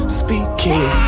speaking